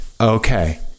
Okay